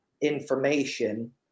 information